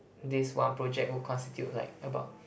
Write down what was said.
this one project will constitute like about